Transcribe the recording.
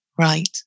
right